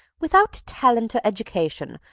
without talent or education,